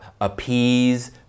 appease